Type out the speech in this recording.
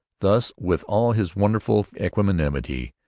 thus with all his wonderful equanimity,